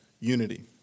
unity